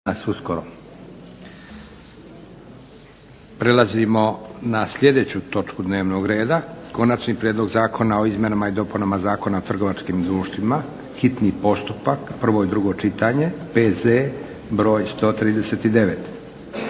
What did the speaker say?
Prelazimo na sljedeću točku dnevnog reda: 1. Konačni prijedlog zakona o izmjenama i dopunama Zakona o trgovačkim društvima, hitni postupak, prvo i drugo čitanje PZE br. 139